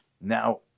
Now